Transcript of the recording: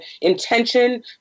intention